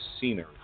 scenery